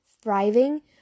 thriving